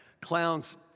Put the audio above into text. Clowns